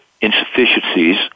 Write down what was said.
insufficiencies